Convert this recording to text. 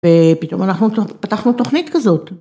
ופתאום אנחנו פתחנו תוכנית כזאת.